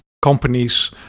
Companies